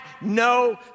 no